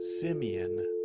Simeon